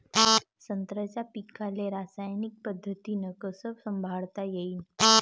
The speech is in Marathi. संत्र्याच्या पीकाले रासायनिक पद्धतीनं कस संभाळता येईन?